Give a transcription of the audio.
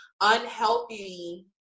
unhealthy